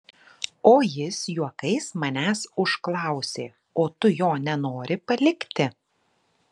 o jis juokais manęs užklausė o tu jo nenori palikti